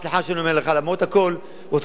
אותך אני מניח שלא הצלחתי לשכנע,